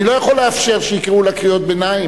לא יכול לאפשר שיקראו לה קריאות ביניים,